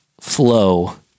flow